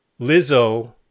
Lizzo